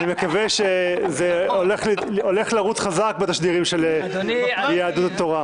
אני מקווה שזה הולך לרוץ חזק בתשדירים של יהדות התורה.